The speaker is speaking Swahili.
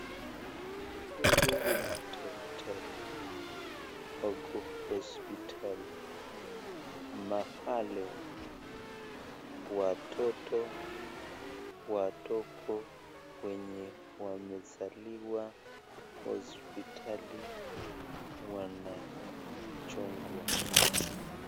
Huyu ni daktari, ako hosipitali mahali watoto wadogo wenye wamezaliwa hosipitali wanachungwa.